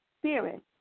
spirit